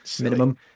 minimum